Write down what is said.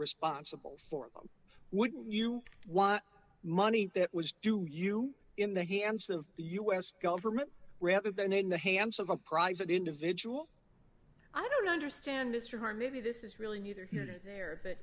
responsible for wouldn't you want money that was due to you in the hands of the u s government rather than in the hands of a private individual i don't understand mr hart maybe this is really neither here or there but